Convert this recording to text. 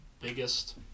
biggest